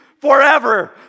forever